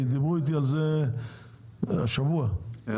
כי דיברו איתי על זה בשבוע שעבר.